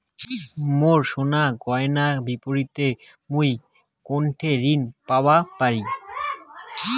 মোর সোনার গয়নার বিপরীতে মুই কোনঠে ঋণ পাওয়া পারি?